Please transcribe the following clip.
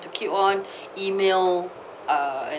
to keep on email uh and